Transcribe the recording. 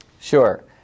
Sure